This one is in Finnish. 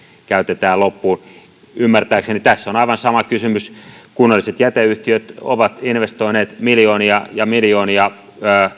käytetään loppuun ymmärtääkseni tässä on aivan samasta asiasta kysymys kunnalliset jäteyhtiöt ovat investoineet miljoonia ja miljoonia